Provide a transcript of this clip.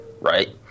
Right